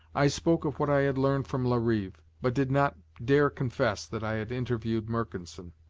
i spoke of what i had learned from larive but did not dare confess that i had interviewed mercanson.